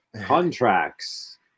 contracts